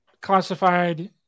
classified